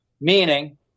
meaning